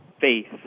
faith